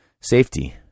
safety